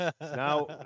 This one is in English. now